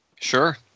Sure